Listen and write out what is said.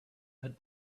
had